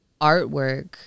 artwork